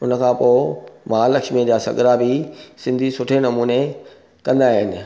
उनखां पोइ महालक्ष्मी जा सॻिड़ा बि सिंधी सुठे नमूने कंदा आहिनि